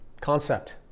concept